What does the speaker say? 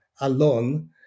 alone